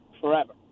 forever